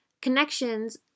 connections